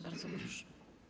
Bardzo proszę.